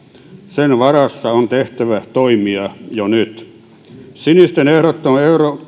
sen varassa on tehtävä toimia jo nyt sinisten ehdottama